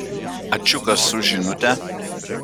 ačiukas už žinutę